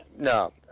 no